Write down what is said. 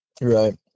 Right